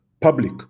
public